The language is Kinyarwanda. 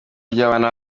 ry’abana